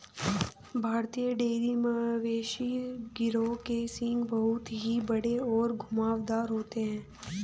भारतीय डेयरी मवेशी गिरोह के सींग बहुत ही बड़े और घुमावदार होते हैं